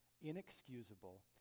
inexcusable